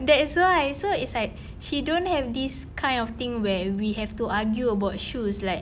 that's why so it's like she don't have this kind of thing where we have to argue about shoes like